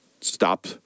stop